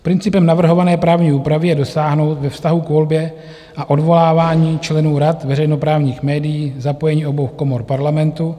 Principem navrhované právní úpravy je dosáhnout ve vztahu k volbě a odvolávání členů rad veřejnoprávních médií zapojení obou komor Parlamentu.